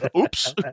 Oops